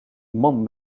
man